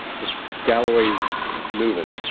just galloway's moving.